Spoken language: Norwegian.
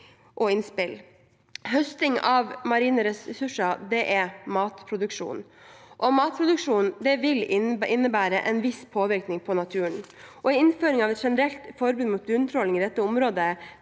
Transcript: og innspill. Høsting av marine ressurser er matproduksjon, og matproduksjon vil innebære en viss påvirkning på naturen. En innføring av et generelt forbud mot bunntråling i dette området